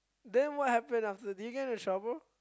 then what happen after did you get into trouble